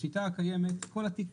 בשיטה הקיימת, כל התיק